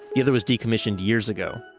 the other was decommissioned years ago